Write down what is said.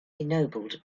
ennobled